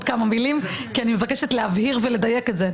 כמה מילים כי אני מבקשת להבהיר ולדייק את זה.